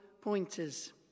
pointers